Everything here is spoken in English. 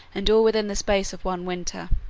and all within the space of one winter.